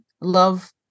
Love